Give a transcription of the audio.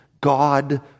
God